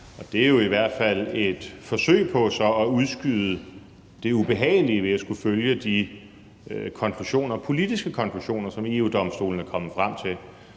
Det er jo i hvert fald et forsøg på så at udskyde det ubehagelige ved at skulle følge de konklusioner, politiske konklusioner, som EU-Domstolen er kommet frem til.